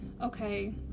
okay